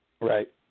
Right